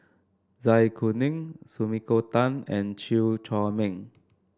Zai Kuning Sumiko Tan and Chew Chor Meng